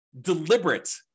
deliberate